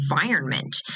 environment